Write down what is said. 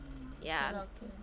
mm okay lor okay lor